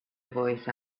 voice